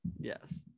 Yes